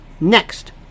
next